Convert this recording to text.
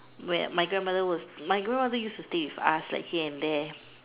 where my grandmother was my grandmother used to stay with us like here and there